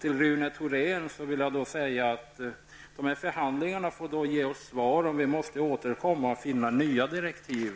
Till Rune Thorén vill jag säga att de förhandlingarna får ge oss svar på om vi måste återkomma och finna nya direktiv.